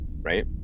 right